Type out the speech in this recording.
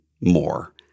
more